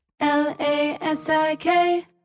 L-A-S-I-K